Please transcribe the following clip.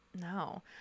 No